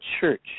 church